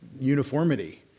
uniformity